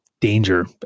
danger